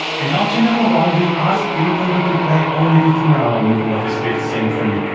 in option number one we ask beethoven to play only the finale movement of his fifth symphony.